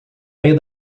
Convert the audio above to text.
meio